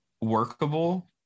workable